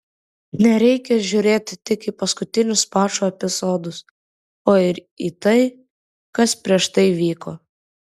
nereikia žiūrėti tik į paskutinius mačo epizodus o ir į tai kas prieš tai vyko